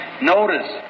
Notice